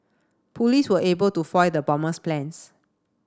police were able to foil the bomber's plans